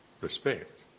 respect